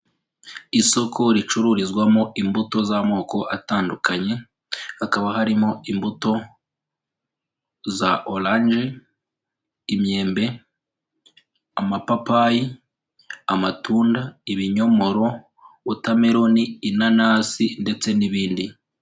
Isoko ricururizwamo imbuto z'amoko atandukanye, hakaba harimo imbuto za oranje, imyembe, amapapayi, amatunda, ibinyomoro, watermelon, inanasi ndetse n'ibindi.